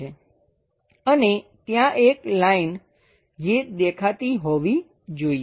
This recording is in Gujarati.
અને ત્યાં એક લાઈન જે દેખાતી હોવી જોઈએ